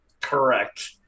Correct